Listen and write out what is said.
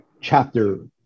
chapter